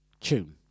tune